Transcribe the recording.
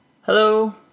Hello